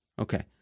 Okay